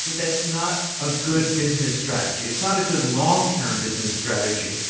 that's not a good business strategy, it's not a good long-term business strategy.